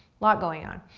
lot going on.